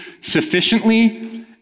sufficiently